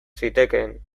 zitekeen